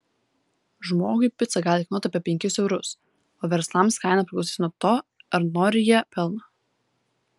žmogui pica gali kainuoti apie penkis eurus o verslams kaina priklausys nuo to ar nori jie pelno